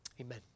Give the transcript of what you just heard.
Amen